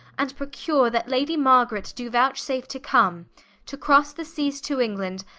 and procure that lady margaret do vouchsafe to come to crosse the seas to england,